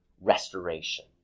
restoration